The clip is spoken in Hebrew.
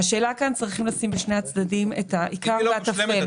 אבל צריך להבחין בין העיקר לטפל.